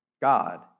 God